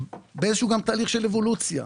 אנחנו באיזה שהוא תהליך של אבולוציה.